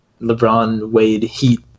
LeBron-Wade-heat